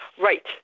Right